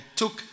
took